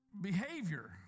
behavior